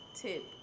tip